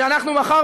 שאנחנו מחר,